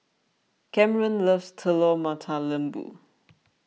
Camren loves Telur Mata Lembu